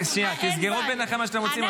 תסגרו ביניכם מה שאתם רוצים.